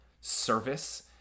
service